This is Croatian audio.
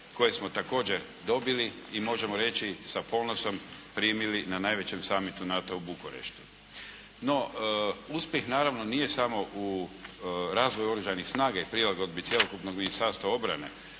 koje smo također dobili i možemo reći sa ponosom primili na najvećem summitu NATO-a u Bukureštu. No, uspjeh naravno nije samo u razvoju oružanih snaga i prilagodbi cjelokupnog Ministarstva obrane